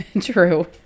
true